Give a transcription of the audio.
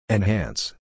Enhance